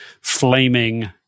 flaming